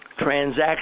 transaction